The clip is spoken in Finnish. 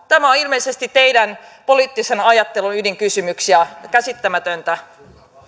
tämä on ilmeisesti teidän poliittisen ajattelunne ydinkysymyksiä käsittämätöntä